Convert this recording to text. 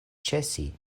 ĉesi